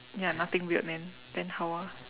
ya nothing weird man then how ah